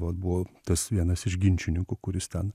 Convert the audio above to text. vat buvo tas vienas iš ginčininku kuris ten